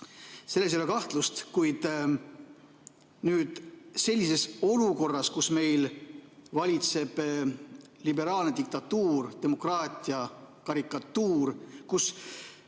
selles ei ole kahtlust. Kuid sellises olukorras, kus meil valitseb liberaalne diktatuur, demokraatia karikatuur, kus